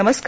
नमस्कार